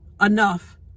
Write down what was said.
enough